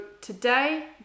today